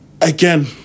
Again